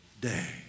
day